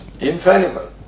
infallible